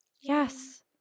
yes